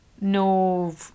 no